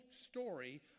story